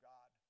God